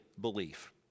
belief